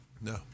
No